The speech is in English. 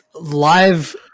Live